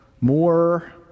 more